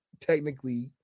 technically